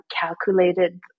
calculated